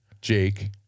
Jake